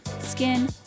skin